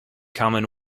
common